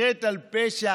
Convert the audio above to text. חטא על פשע,